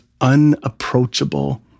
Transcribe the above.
unapproachable